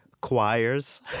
Choirs